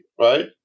right